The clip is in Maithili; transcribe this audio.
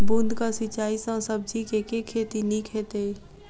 बूंद कऽ सिंचाई सँ सब्जी केँ के खेती नीक हेतइ?